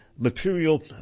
Material